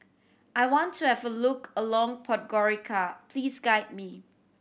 I want to have a look alone Podgorica please guide me